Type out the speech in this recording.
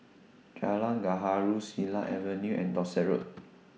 Jalan Gaharu Silat Avenue and Dorset Road